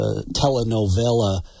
telenovela